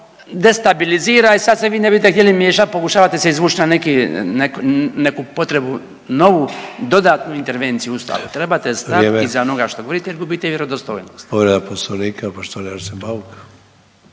destabilizira i sad se vi ne bite htjeli miješati pokušavate se izvući na neki, neku potrebu novu dodatnu intervenciju u Ustavu. Trebate stati …/Upadica: Vrijeme./… iza onoga što govorite jer gubite vjerodostojnost.